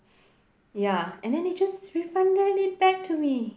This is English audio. ya and then they just refunded it back to me